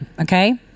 Okay